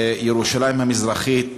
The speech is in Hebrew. וירושלים המזרחית